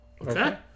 Okay